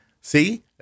See